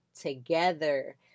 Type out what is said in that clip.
Together